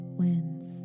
wins